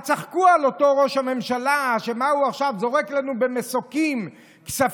אז צחקו על אותו ראש ממשלה: מה הוא עכשיו זורק לנו במסוקים כספים,